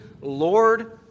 Lord